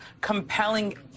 compelling